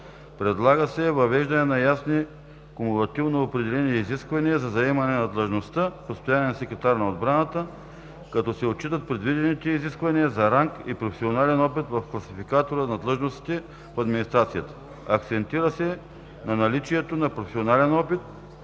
Предлага се въвеждане на ясни кумулативно определени изисквания за заемане на длъжността „постоянен секретар“ на отбраната, като се отчитат предвидените изисквания за ранг и професионален опит в класификатора на длъжностите в администрацията. Акцентира се на наличието на професионален опит,